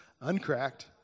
uncracked